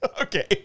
okay